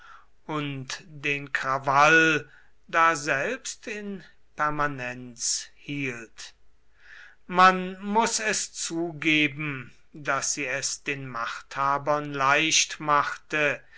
und den krawall daselbst in permanenz hielt man muß es zugeben daß sie es den machthabern leichtmachte